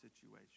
situation